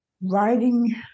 Writing